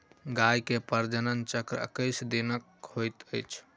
गाय मे प्रजनन चक्र एक्कैस दिनक होइत अछि